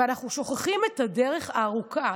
ואנחנו שוכחים את הדרך הארוכה.